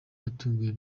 yatunguye